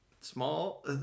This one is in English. Small